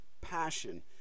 passion